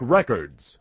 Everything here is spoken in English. Records